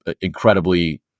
incredibly